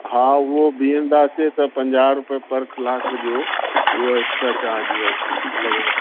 हा उहो बीहंदासीं त पंजाह रुपए पर कलाक जो उहा एक्स्ट्रा चार्ज वठ लॻंदो